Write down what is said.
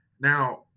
now